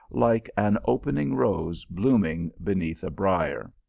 like an opening rose blooming beneath a briar.